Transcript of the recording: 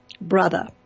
brother